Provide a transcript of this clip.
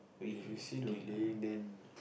if you say delaying then